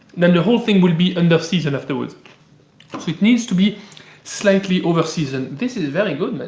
then the whole thing will be under-seasoned afterwards. so it needs to be slightly over-seasoned. this is very good,